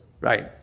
right